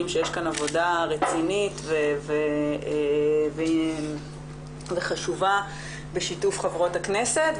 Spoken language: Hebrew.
שיש כאן עבודה רצינית וחשובה בשיתוף חברות הכנסת,